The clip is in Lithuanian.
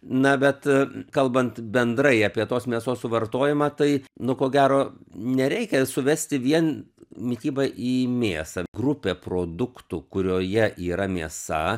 na bet kalbant bendrai apie tos mėsos suvartojimą tai nu ko gero nereikia suvesti vien mitybą į mėsą grupė produktų kurioje yra mėsa